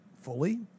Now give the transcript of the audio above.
fully